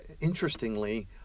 interestingly